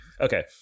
okay